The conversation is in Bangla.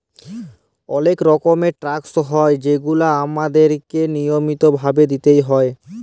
অলেক রকমের ট্যাকস হ্যয় যেগুলা আমাদেরকে লিয়মিত ভাবে দিতেই হ্যয়